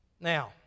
Now